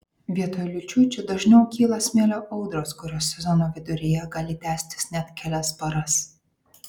vietoj liūčių čia dažniau kyla smėlio audros kurios sezono viduryje gali tęstis net kelias paras